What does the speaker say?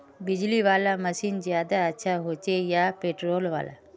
बिजली वाला मशीन ज्यादा अच्छा होचे या पेट्रोल वाला?